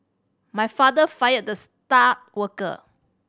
my father fired the star worker